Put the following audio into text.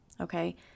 Okay